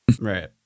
Right